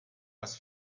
das